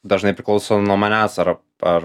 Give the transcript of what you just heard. dažnai priklauso nuo manęs ar ar